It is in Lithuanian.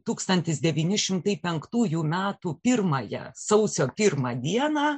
tūkstantis devyni šimtai penktųjų metų pirmąją sausio pirmą dieną